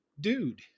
dude